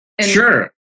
Sure